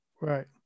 Right